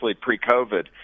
pre-COVID